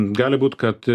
gali būt kad